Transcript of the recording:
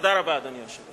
תודה רבה, אדוני היושב-ראש.